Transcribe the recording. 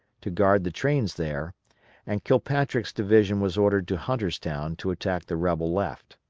to guard the trains there and kilpatrick's division was ordered to hunterstown to attack the rebel left.